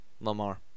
Lamar